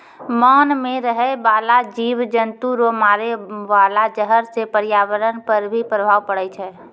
मान मे रहै बाला जिव जन्तु रो मारे वाला जहर से प्रर्यावरण पर भी प्रभाव पड़ै छै